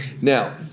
Now